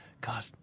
God